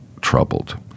troubled